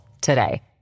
today